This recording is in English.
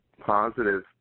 positive